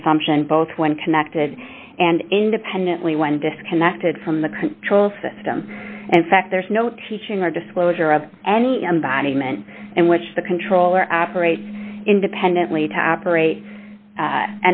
consumption both when connected and independently when disconnected from the control system and fact there's no teaching or disclosure of any embodiment and which the controller operates independently to operate